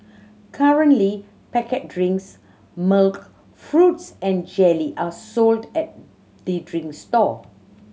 currently packet drinks milk fruits and jelly are sold at the drinks stall